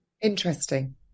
Interesting